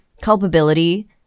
culpability